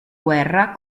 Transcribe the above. guerra